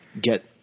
get